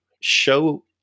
show